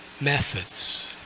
methods